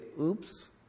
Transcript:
oops